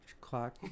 Clock